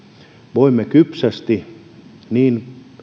voimme kypsästi niin